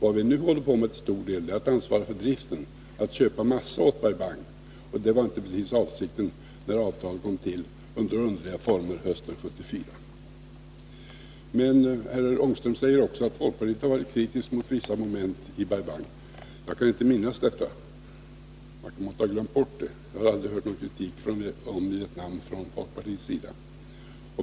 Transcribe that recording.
Vad vi nu till stor del håller på med är att ansvara för driften, nämligen att köpa massa åt Bai Bang, och det var inte precis avsikten när avtalet hösten 1974 kom till under underliga former. Herr Ångström säger också att folkpartiet har varit kritiskt mot vissa moment i Bai Bang. Jag kan inte minnas det. Jag måtte ha glömt bort det. Jag har aldrig hört någon kritik mot Vietnam från folkpartiets sida.